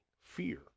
fear